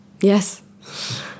Yes